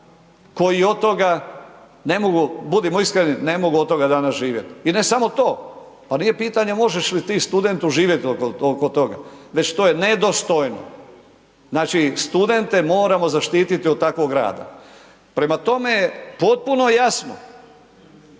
toga ne mogu, budimo iskreni, ne mogu od toga danas živjeti. I ne samo to, pa nije pitanje možeš li ti studentu živjeti oko toga, već to je nedostojno. Znači studente moramo zaštititi od takvog rada. Prema tome, potpuno jasno